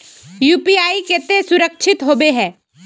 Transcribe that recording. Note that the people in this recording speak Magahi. यु.पी.आई केते सुरक्षित होबे है?